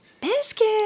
Biscuit